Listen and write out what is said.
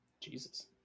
jesus